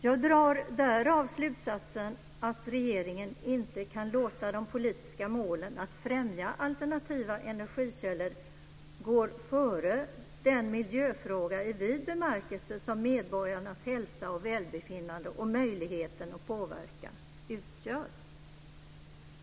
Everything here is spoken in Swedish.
Jag drar därav slutsatsen att regeringen inte kan låta de politiska målen att främja alternativa energikällor gå före den miljöfråga i vid bemärkelse som medborgarnas hälsa och välbefinnande och möjlighet att påverka utgör.